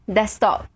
Desktop